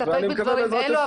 נסתפק בדברים אלו,